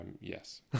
yes